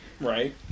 Right